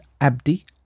Abdi